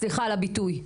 סליחה על הביטוי.